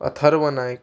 Atharva Naik